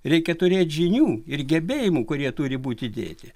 reikia turėt žinių ir gebėjimų kurie turi būt įdėti